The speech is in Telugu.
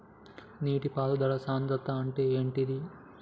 నీటి పారుదల సంద్రతా అంటే ఏంటిది?